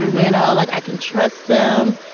you know like i can trust them.